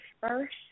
first